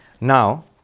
Now